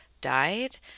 died